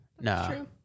No